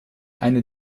eine